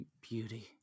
beauty